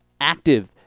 active